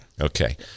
Okay